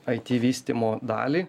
aiti vystymo dalį